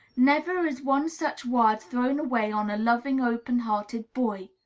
never is one such word thrown away on a loving, open-hearted boy.